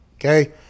Okay